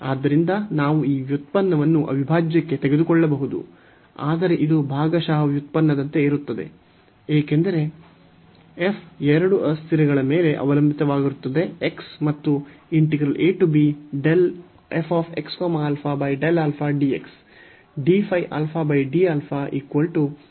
ಆದ್ದರಿಂದ ನಾವು ಈ ವ್ಯುತ್ಪನ್ನವನ್ನು ಅವಿಭಾಜ್ಯಕ್ಕೆ ತೆಗೆದುಕೊಳ್ಳಬಹುದು ಆದರೆ ಇದು ಭಾಗಶಃ ವ್ಯುತ್ಪನ್ನದಂತೆ ಇರುತ್ತದೆ ಏಕೆಂದರೆ f ಎರಡು ಅಸ್ಥಿರಗಳ ಮೇಲೆ ಅವಲಂಬಿತವಾಗಿರುತ್ತದೆ x ಮತ್ತು